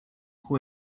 who